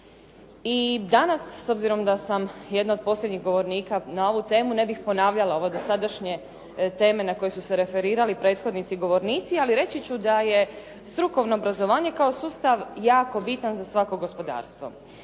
I danas, s obzirom da sam jedna od posljednjih govornika na ovu temu, ne bih ponavljala ove dosadašnje teme na koje su se referirali prethodnici govornici, ali reći ću da je strukovno obrazovanje kao sustav jako bitan za svako gospodarstvo.